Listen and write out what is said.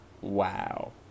Wow